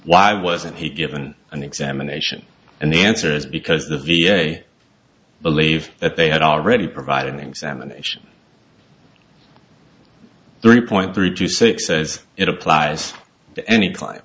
why wasn't he given an examination and the answers because the v a believed that they had already provided an examination three point three two six says it applies to any cli